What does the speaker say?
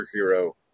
superhero